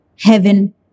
heaven